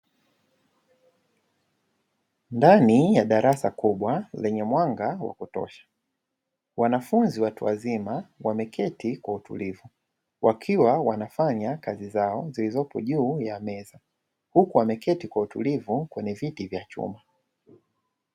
Ndani ya darasa kubwa lenye mwanga kwa kutosha, wanafunzi watu wazima wameketi kwa utulivu wakiwa wanafanya kazi zao zilizopo juu ya meza, huku wameketi kwa utulivu kwenye viti vya chuma.